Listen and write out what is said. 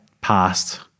past